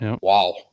Wow